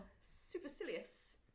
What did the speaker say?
supercilious